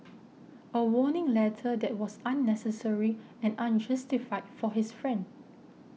a warning letter that was unnecessary and unjustified for his friend